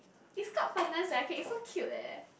it's called pandan soya cake it's so cute leh